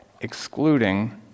excluding